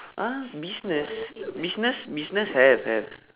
!huh! business business business have have